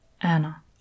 Anna